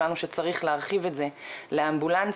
הבנו שצריך להרחיב את זה לאמבולנסים,